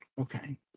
Okay